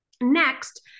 Next